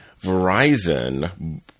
Verizon